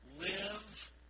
live